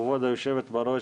כבוד היושבת בראש,